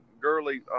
Gurley –